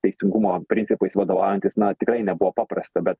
teisingumo principais vadovaujantis na tikrai nebuvo paprasta bet